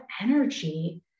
energy